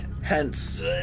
Hence